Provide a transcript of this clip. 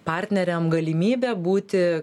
partneriam galimybė būti